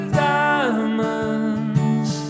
diamonds